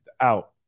out